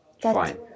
fine